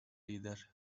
lider